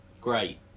great